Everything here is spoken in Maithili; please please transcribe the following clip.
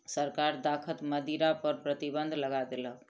सरकार दाखक मदिरा पर प्रतिबन्ध लगा देलक